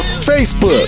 Facebook